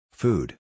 food